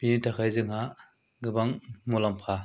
बिनि थाखाय जोंहा गोबां मुलाम्फा